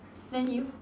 then you